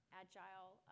agile